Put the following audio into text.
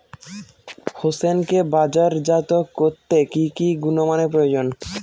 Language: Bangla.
হোসেনকে বাজারজাত করতে কি কি গুণমানের প্রয়োজন?